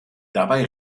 dabei